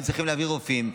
והם צריכים להביא רופאים,